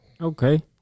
Okay